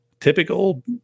typical